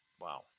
wow